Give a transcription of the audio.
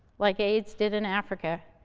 like aids did in africa,